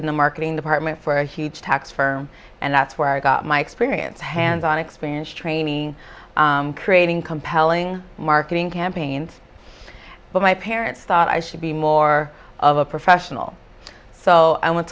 in the marketing department for a huge tax firm and that's where i got my experience hands on experience training creating compelling marketing campaigns but my parents thought i should be more of a professional so i went